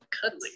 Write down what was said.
cuddly